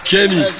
Kenny